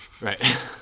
Right